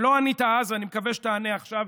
ולא ענית אז, ואני מקווה שתענה עכשיו,